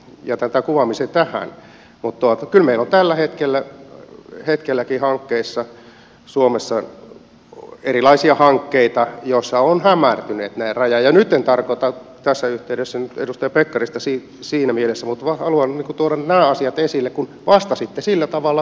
no jätän tämän kuvaamisen tähän mutta kyllä meillä on tälläkin hetkellä suomessa erilaisia hankkeita joissa ovat hämärtyneet ne rajat ja nyt en tarkoita tässä yhteydessä edustaja pekkarista siinä mielessä mutta haluan tuoda nämä asiat esille kun vastasitte sillä tavalla kuin vastasitte